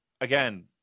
again